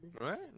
Right